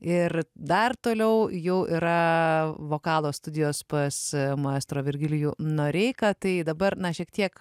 ir dar toliau jau yra vokalo studijos pas maestro virgilijų noreiką tai dabar na šiek tiek